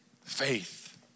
Faith